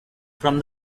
from